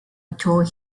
told